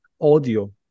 audio